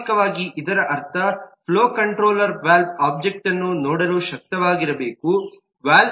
ಸ್ವಾಭಾವಿಕವಾಗಿ ಇದರರ್ಥ flow controller valve ಒಬ್ಜೆಕ್ಟ್ಅನ್ನು ನೋಡಲು ಶಕ್ತವಾಗಿರಬೇಕು